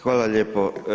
Hvala lijepo.